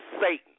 Satan